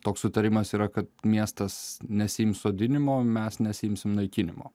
toks sutarimas yra kad miestas nesiims sodinimo mes nesiimsim naikinimo